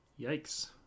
Yikes